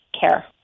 care